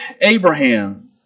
Abraham